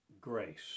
grace